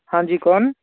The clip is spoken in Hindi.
हाँ जी कौन